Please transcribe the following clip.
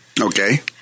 Okay